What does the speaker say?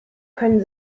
können